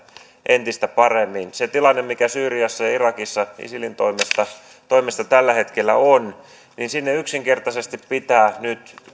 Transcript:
entistä paremmin se tilanne mikä syyriassa ja irakissa isilin toimesta toimesta tällä hetkellä on on sellainen että sinne yksinkertaisesti pitää nyt